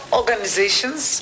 organizations